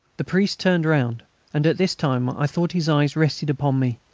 the priest turned round and this time i thought his eyes rested upon me,